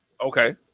Okay